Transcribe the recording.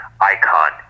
icon